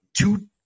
two